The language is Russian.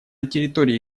территории